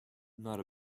not